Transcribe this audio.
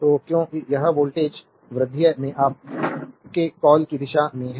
तो क्योंकि यह वोल्टेज वृद्धि में आपके कॉल की दिशा में है